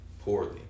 poorly